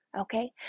okay